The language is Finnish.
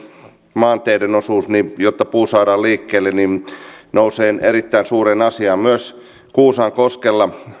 maanteiden osuus jotta puu saadaan liikkeelle nousee erittäin suureen rooliin myös kuusankoskella